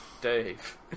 Dave